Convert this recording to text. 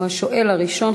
או השואל הראשון,